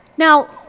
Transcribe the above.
now,